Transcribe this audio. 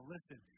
Listen